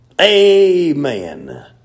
Amen